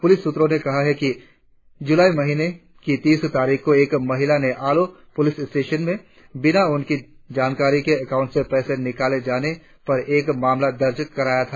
police सुत्रों ने कहा जुलाई महीने की तीस तारीख को एक महिला ने आलो पुलिस स्टेशन में बिना उनकी जानकारी के अकाउंट से पैसा निकाले जाने पर एक मामला दर्ज कराया गया था